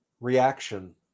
reaction